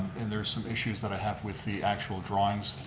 and there's some issues that i have with the actual drawings,